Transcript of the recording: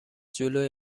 جلوی